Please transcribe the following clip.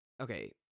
Okay